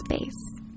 space